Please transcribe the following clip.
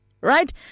right